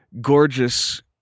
gorgeous